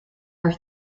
are